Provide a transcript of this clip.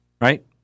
Right